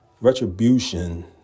Retribution